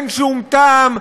אין שום טעם,